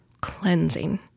cleansing